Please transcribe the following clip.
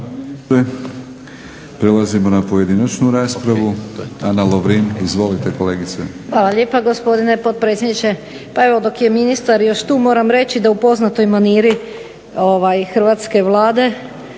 Prelazimo na pojedinačnu raspravu. Ana Lovrin. Izvolite kolegice. **Lovrin, Ana (HDZ)** Hvala lijepa gospodine potpredsjedniče. Pa evo dok je ministar još tu moram reći da u poznatoj maniri hrvatske Vlade